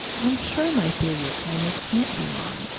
i'm sure my theory of kindness can't be wrong.